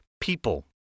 people